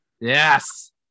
Yes